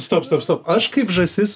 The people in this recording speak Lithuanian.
stop stop stop aš kaip žąsis